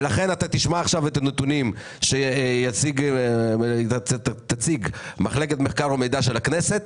ולכן אתה תשמע עכשיו את הנתונים שתציג מחלקת המחקר והמידע של הכנסת,